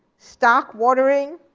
stock watering,